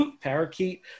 Parakeet